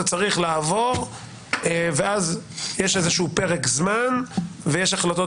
זה צריך לעבור ואז יש פרק זמן ויש החלטות